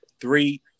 three